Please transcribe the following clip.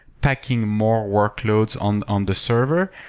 packing more workloads on on the server.